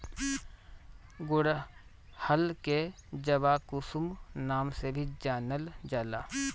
गुड़हल के जवाकुसुम नाम से भी जानल जाला